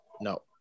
No